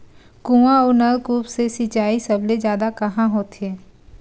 कुआं अउ नलकूप से सिंचाई सबले जादा कहां होथे?